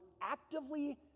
actively